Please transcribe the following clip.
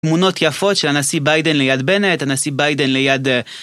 תמונות יפות של הנשיא ביידן ליד בנט, הנשיא ביידן ליד...